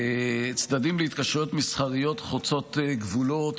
צדדים להתקשרויות מסחריות חוצות גבולות